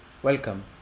Welcome